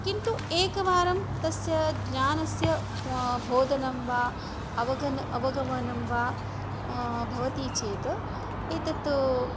किन्तु एकवारं तस्य ज्ञानस्य वा बोधनं वा अवगमनम् अवगमनं वा भवति चेत् एतत्